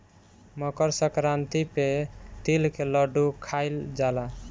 मकरसंक्रांति पे तिल के लड्डू खाइल जाला